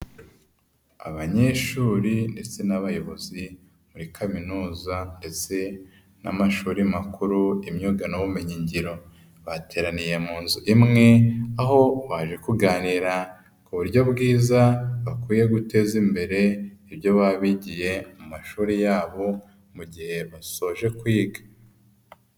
Abanyeshuri ndetse n'abayobozi muri kaminuza ndetse n'amashuri makuru y'imyuga n'ubumenyingiro bateraniye mu nzu imwe aho baje kuganira ku buryo bwiza bakwiye guteza imbere ibyo baba bigiye mu mashuri yabo mu gihe basoje kwiga.